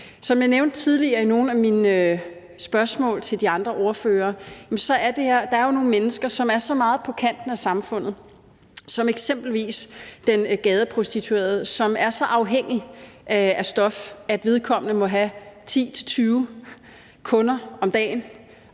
Som jeg nævnte tidligere i nogle af mine spørgsmål til de andre ordførere, så er der jo nogle mennesker, som er meget på kanten af samfundet, eksempelvis den gadeprostituerede, som er så afhængig af stof, at vedkommende må have 10-20 kunder om dagen.